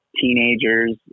teenagers